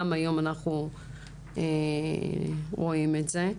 גם היום אנחנו רואים את זה.